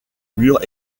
murs